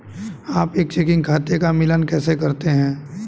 आप एक चेकिंग खाते का मिलान कैसे करते हैं?